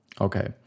Okay